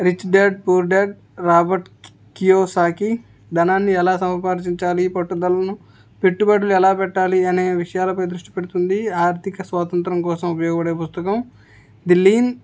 rich dad poor dad Robert Kiyosaki ధనాన్ని ఎలా సంపార్జించాలి పట్టుదలను పెట్టుబడులు ఎలా పెట్టాలి అనే విషయాలపై దృష్టి పెడుతుంది ఆర్థిక స్వాతంత్రం కోసం ఉపయోగడే పుస్తకం ది లీన్